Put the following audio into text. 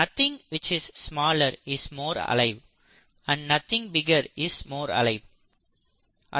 nothing which is smaller is more alive and nothing bigger is more alive "Nothing which is smaller is more alive and nothing bigger is more alive"